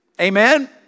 Amen